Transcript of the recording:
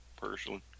personally